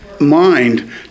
mind